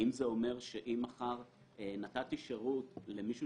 האם זה אומר שאם מחר נתתי שירות למישהו